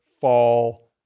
fall